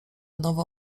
nowo